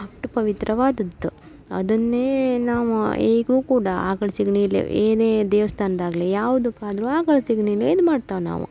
ಅಷ್ಟ್ ಪವಿತ್ರವಾದದ್ದು ಅದನ್ನೇ ನಾವು ಈಗ್ಲೂ ಕೂಡ ಆಕ್ಳ ಸೆಗ್ಣಿಲಿ ಏನೇ ದೇವ್ಸ್ತಾನ್ದಾಗಲಿ ಯಾವುದಕ್ಕಾದ್ರೂ ಆಕ್ಳ ಸೆಗಣಿನೇ ಇದು ಮಾಡ್ತೇವ್ ನಾವು